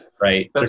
right